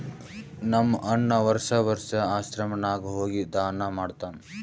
ನಮ್ ಅಣ್ಣಾ ವರ್ಷಾ ವರ್ಷಾ ಆಶ್ರಮ ನಾಗ್ ಹೋಗಿ ದಾನಾ ಮಾಡ್ತಾನ್